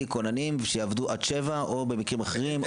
כוננים שיעבדו עד 19:00 או במקרים אחרים,